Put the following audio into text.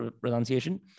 pronunciation